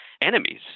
enemies